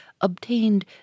obtained